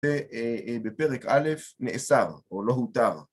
בפרק א', נאסר או לא הותר.